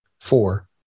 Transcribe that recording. Four